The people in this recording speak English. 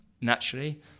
naturally